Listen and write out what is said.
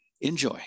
Enjoy